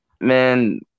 man